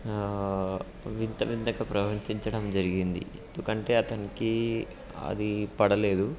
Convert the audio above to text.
వింత వింతగా ప్రవర్తించడం జరిగింది ఎందుకంటే అతనికి అది పడలేదు